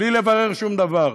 בלי לברר שום דבר.